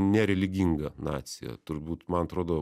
nereliginga nacija turbūt man atrodo